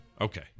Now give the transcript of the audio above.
Okay